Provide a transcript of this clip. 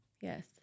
Yes